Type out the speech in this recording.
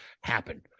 happen